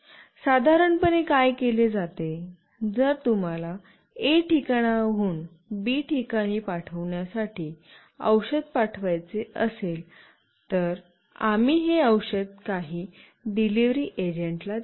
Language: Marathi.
तर साधारणपणे काय केले जाते जर तुम्हाला A ठिकाणाहून B पाठवण्यासाठी औषध पाठवायचे असेल तर आम्ही हे औषध काही डिलिव्हरी एजंटला देतो